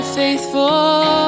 faithful